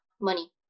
money